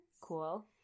Cool